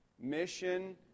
Mission